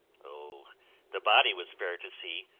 o the body was fair to see,